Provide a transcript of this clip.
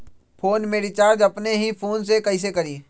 Phone में recharge अपने ही फ़ोन से कईसे करी?